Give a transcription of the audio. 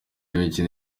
imikino